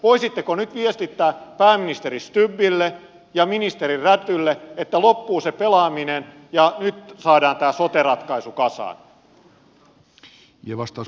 voisitteko nyt viestittää pääministeri stubbille ja ministeri rädylle että loppuu se pelaaminen ja nyt saadaan tämä sote ratkaisu kasaan